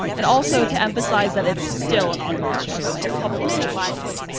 and also to emphasize that it's still an ongoing struggle, and it probably always will be.